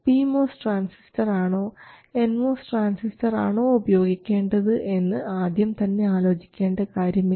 P MOS transistor ആണോ N MOS transistor ആണോ ഉപയോഗിക്കേണ്ടത് എന്ന് ആദ്യം തന്നെ ആലോചിക്കേണ്ട കാര്യമില്ല